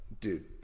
dude